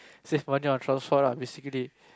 save money on transport lah basically